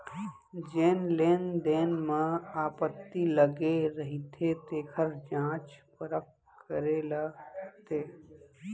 जेन लेन देन म आपत्ति लगे रहिथे तेखर जांच परख करे ल परथे